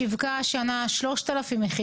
כמה שתעשו וכמה שנעשה חוקים וכמה שתעשו אכיפה,